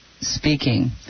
speaking